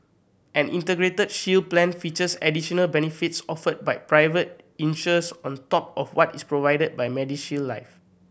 an Integrated Shield Plan features additional benefits offered by private insurers on top of what is provided by Medi Shield Life